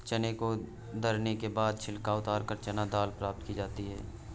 चने को दरने के बाद छिलका उतारकर चना दाल प्राप्त की जाती है